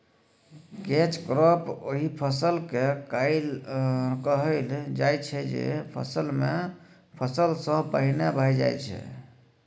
catch crop ओहि फसल केँ कहल जाइ छै जे फसल मेन फसल सँ पहिने भए जाइ छै